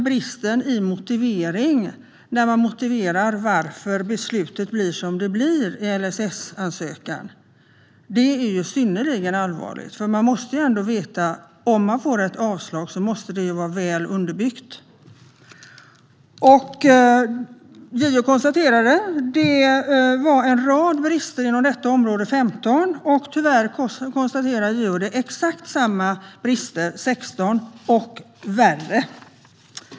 Bristen i motiveringen, där det motiveras varför beslutet blir som det blir vid en LSS-ansökan, är synnerligen allvarlig. Om man får ett avslag måste man få veta att det är väl underbyggt. JO konstaterade att det fanns en rad brister på detta område 2015. Tyvärr är bristerna 2016 desamma som tidigare, men värre.